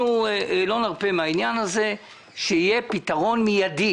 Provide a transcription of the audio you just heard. אנחנו לא נרפה מהעניין הזה שיהיה פתרון מידי